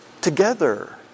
together